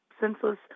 senseless